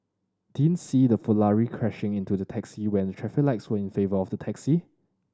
didn't see the Ferrari crashing into the taxi when the traffic lights were in favour of the taxi